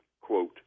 quote